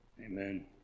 Amen